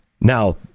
Now